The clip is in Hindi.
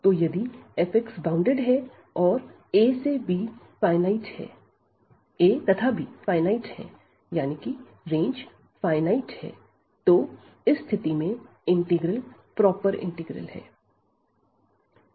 तो यदि f बाउंडेड है और a तथा b फाइनाइट है यानी कि रेंज फाइनाइट है तो स्थिति में इंटीग्रल प्रॉपर है